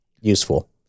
useful